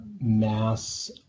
mass